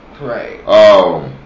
Right